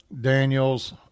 daniels